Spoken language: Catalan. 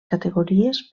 categories